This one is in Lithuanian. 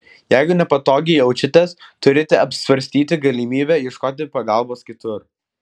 jeigu nepatogiai jaučiatės turite apsvarstyti galimybę ieškoti pagalbos kitur